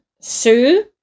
Sue